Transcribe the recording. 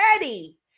ready